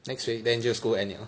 next week 而已 then 你就 school end liao